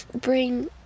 bring